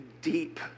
deep